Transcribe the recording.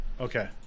Okay